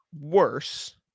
worse